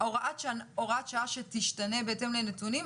זאת הוראת שעה שתשתנה בהתאם לנתונים,